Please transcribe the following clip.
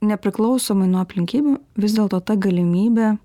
nepriklausomai nuo aplinkybių vis dėlto ta galimybė